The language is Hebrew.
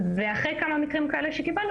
כל כמה זמן מכשירים את האנשים האלה בידע הזה.